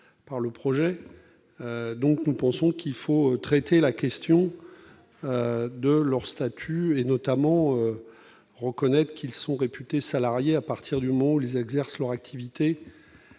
par le texte. Nous pensons qu'il faut traiter la question de leur statut, notamment reconnaître qu'ils sont réputés salariés à partir du moment où ils exercent leur activité